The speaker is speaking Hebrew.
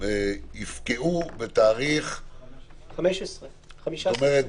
יפקעו יש את